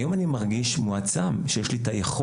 כיום אני מרגיש מועצם, שיש לי את היכולת.